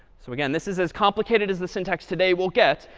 so again, this is as complicated as the syntax today will get.